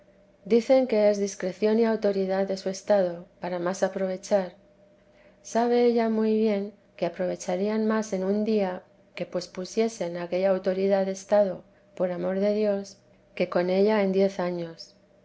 dicen que es discreción y autoridad de su estado para más aprovechar sabe ella muy bien que aprovecharían más en un día que pospusiesen aquella autoridad de estado por amor de dios que con ella en teresa de jesús diez años